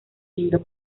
indo